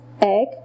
egg